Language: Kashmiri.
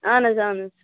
اَہَن حظ اَہَن حظ